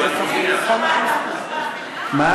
אדוני היושב-ראש,